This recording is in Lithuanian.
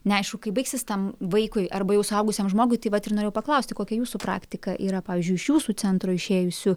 neaišku kaip baigsis tam vaikui arba jau suaugusiam žmogui taip vat ir norėjau paklausti kokia jūsų praktika yra pavyzdžiui iš jūsų centro išėjusių